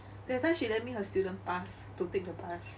that time she lend me her student pass to take the bus